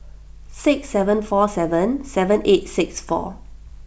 six seven four seven seven eight six four